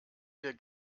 wir